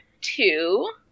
two